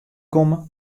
komme